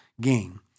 Gain